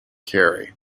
carey